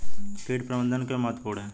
कीट प्रबंधन क्यों महत्वपूर्ण है?